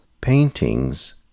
paintings